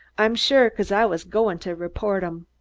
i'm sure, cause i was goin to report em.